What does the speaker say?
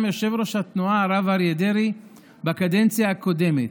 יושב-ראש התנועה הרב אריה דרעי בקדנציה הקודמת,